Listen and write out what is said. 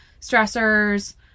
stressors